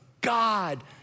God